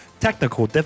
Technical